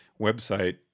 website